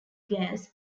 gas